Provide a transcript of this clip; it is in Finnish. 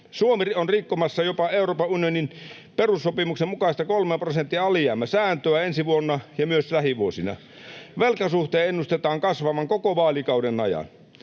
Suomi on rikkomassa jopa Euroopan unionin perussopimuksen mukaista kolmen prosentin alijäämäsääntöä ensi vuonna ja myös lähivuosina. Velkasuhteen ennustetaan kasvavan koko vaalikauden ajan.